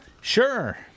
Sure